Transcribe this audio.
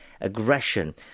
aggression